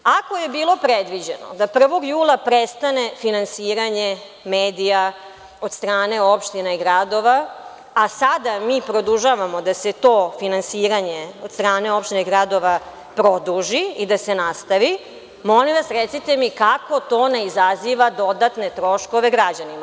Ako je bilo predviđeno da 1. jula prestane finansiranje medija od strane opštine i gradova, a sada mi produžavamo da se to finansiranje od strane opštine i gradova produži i da se nastavi, molim vas recite mi kako to ne izaziva dodatne troškove građanima?